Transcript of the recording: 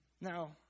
Now